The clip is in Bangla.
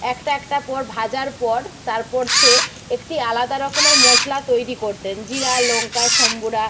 একটা একটার পর ভাজার পর তারপর সে একটি আলাদা রকমের মশলা তৈরি করতেন জিরা লঙ্কা সম্বুরা